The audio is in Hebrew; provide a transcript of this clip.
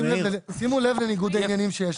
שימו לב לניגוד העניינים שיש.